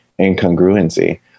incongruency